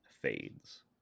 fades